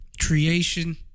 creation